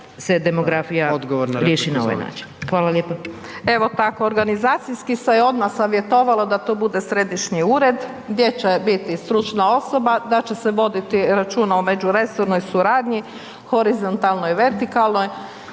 na repliku, izvolite. **Murganić, Nada (HDZ)** Evo pa organizacijski se je odmah savjetovalo da to bude središnji ured gdje će biti stručna osoba, da će se voditi računa o međuresornoj suradnji, horizontalnoj, vertikalnoj